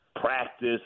practice